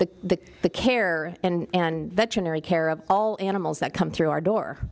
the the care and veterinary care of all animals that come through our door